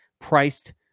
priced